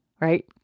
right